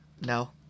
no